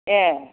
ए